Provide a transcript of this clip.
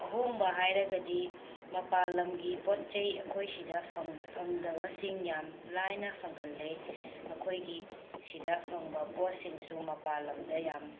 ꯑꯍꯣꯡꯕ ꯍꯥꯏꯔꯒꯗꯤ ꯃꯄꯥꯜ ꯂꯝꯒꯤ ꯄꯣꯠ ꯆꯩ ꯑꯩꯈꯣꯏ ꯑꯁꯤꯗ ꯐꯪ ꯐꯪꯗꯕꯁꯤꯡ ꯌꯥꯝ ꯂꯥꯏꯅ ꯐꯪꯍꯜꯂꯦ ꯑꯩꯈꯣꯏꯒꯤ ꯑꯁꯤꯗ ꯐꯪꯕ ꯄꯣꯠꯁꯤꯡꯁꯨ ꯃꯄꯥꯜ ꯂꯝꯗ ꯌꯥꯝꯅ